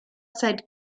seit